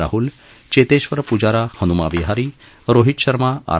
Rahul Cheteshwar Pujara Hanuma Vihari Rohit Sharma R